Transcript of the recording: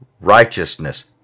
righteousness